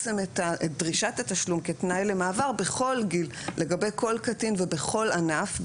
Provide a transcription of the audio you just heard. דרישת התשלום כתנאי למעבר בכל גיל לגבי כל קטין ובכל ענף,